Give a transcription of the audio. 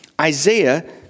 Isaiah